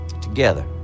together